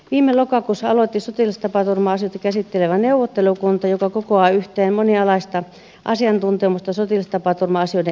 viime lokakuussa aloitti sotilastapaturma asioita käsittelevä neuvottelukunta joka kokoaa yhteen monialaista asiantuntemusta sotilastapaturma asioiden erityispiirteistä